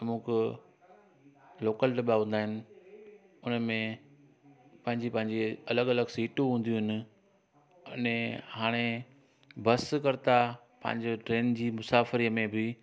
अमुख लोकल दॿा हूंदा आहिनि उन में पंहिंजी पंहिंजी अलॻि अलॻि सिटूं हूंदियूं आहिनि अने हाणे बस करता पंहिंजो ट्रेन जी मुसाफ़िरी में बि